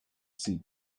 see